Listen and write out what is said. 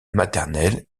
maternelle